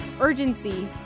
urgency